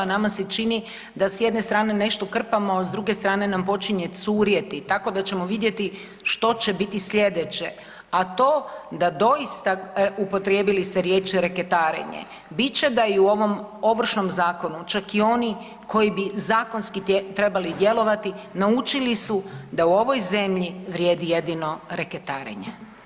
Nama se čini da s jedne strane nešto krpamo, s druge strane nam počinje curjeti, tako da ćemo vidjeti što će biti sljedeće, a to da doista, upotrijebili ste riječ reketarenje, bit će da je i u ovom Ovršnom zakonu, čak i oni koji bi zakonski trebali djelovati, naučili su da u ovoj zemlji vrijedi jedino reketarenje.